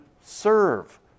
serve